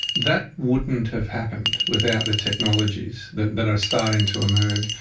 that wouldn't have happened without the technologies that that are starting to emerge.